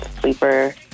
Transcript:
sleeper